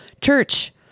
church